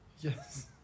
Yes